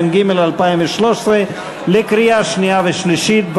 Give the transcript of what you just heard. התשע"ג 2013, לקריאה שנייה ושלישית.